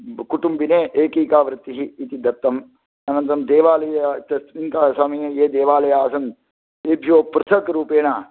कुटुम्बिने एकैका वृत्तिः इति दत्तम् अनन्तरं देवालयः तस्मिन् समये ये देवालयाः आसन् तेभ्यः पृथक् रूपेण